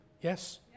Yes